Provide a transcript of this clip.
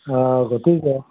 অঁ গতিকে